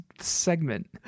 segment